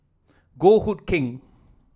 Goh Hood Keng